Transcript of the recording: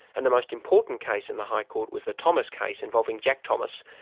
and the most important case in the high court was the thomas case, involving jack thomas,